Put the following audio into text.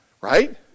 Right